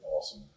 awesome